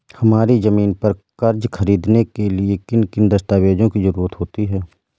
हमारी ज़मीन पर कर्ज ख़रीदने के लिए किन किन दस्तावेजों की जरूरत होती है?